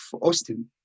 Austin